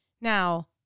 Now